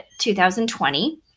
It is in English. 2020